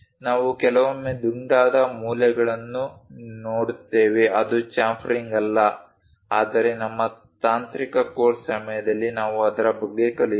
ನಾವು ಕೆಲವೊಮ್ಮೆ ದುಂಡಾದ ಮೂಲೆಗಳನ್ನು ನೋಡುತ್ತೇವೆ ಅದು ಚ್ಯಾಂಪರಿಂಗ್ ಅಲ್ಲ ಆದರೆ ನಮ್ಮ ತಾಂತ್ರಿಕ ಕೋರ್ಸ್ ಸಮಯದಲ್ಲಿ ನಾವು ಅದರ ಬಗ್ಗೆ ಕಲಿಯುತ್ತೇವೆ